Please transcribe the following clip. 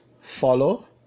follow